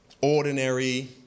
ordinary